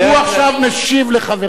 אבל אי-אפשר לתרץ, הוא עכשיו משיב לחבריכם.